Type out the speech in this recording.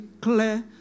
clear